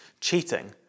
cheating